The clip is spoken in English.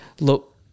look